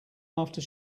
after